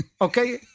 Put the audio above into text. Okay